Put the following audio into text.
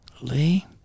Lee